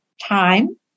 time